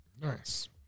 Nice